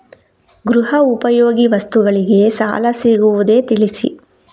ಗೃಹ ಉಪಯೋಗಿ ವಸ್ತುಗಳಿಗೆ ಸಾಲ ಸಿಗುವುದೇ ತಿಳಿಸಿ?